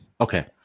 Okay